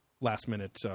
last-minute